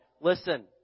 listen